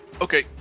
Okay